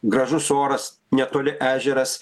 gražus oras netoli ežeras